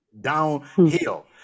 downhill